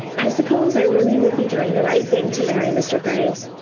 i suppose i really would be doing the right thing to marry mr. graves,